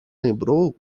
lembrou